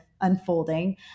unfolding